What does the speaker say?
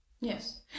Yes